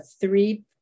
three